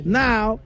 now